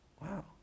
Wow